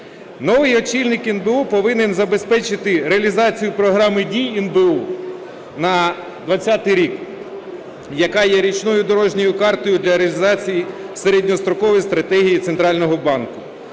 Новий очільник НБУ повинен забезпечити реалізацію програми дій НБУ на 2020 рік, яка є річною дорожньою картою для реалізації середньострокової стратегії центрального банку.